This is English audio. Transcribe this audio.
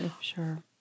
Sure